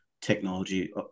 technology